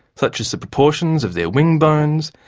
such as the proportions of their wing bones,